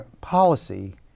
Policy